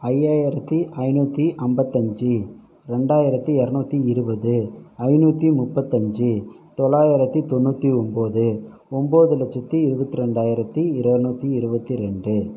ஐயாயிரத்தி ஐநூற்றி ஐம்பத்தஞ்சி ரெண்டாயிரத்தி இரநூத்தி இருபது ஐநூற்றி முப்பத்தஞ்சி தொள்ளாயிரத்தி தொண்ணூற்றி ஒன்போது ஒன்போது லட்சத்தி இருபத்தி ரெண்டாயிரத்தி இரநூற்றி இருபத்தி ரெண்டு